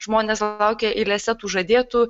žmonės laukė eilėse tų žadėtų